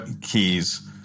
keys